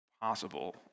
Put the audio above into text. possible